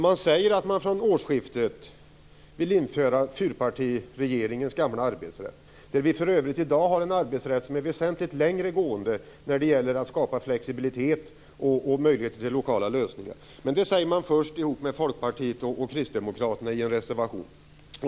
Man säger att man från årsskiftet vill införa fyrpartiregeringens gamla arbetsrätt. Vi har för övrigt i dag en arbetsrätt som är väsentligt längre gående när det gäller att skapa flexibilitet och möjligheter till lokala lösningar. Men det säger Moderaterna först tillsammans med Folkpartiet och Kristdemokraterna i en reservation.